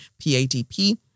PADP